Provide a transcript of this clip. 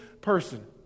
person